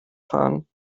fahren